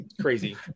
crazy